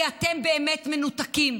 כי אתם באמת מנותקים,